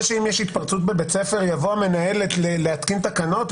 שאם יש התפרצות בבית ספר יבוא המנהל להתקין תקנות?